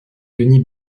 denis